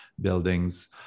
buildings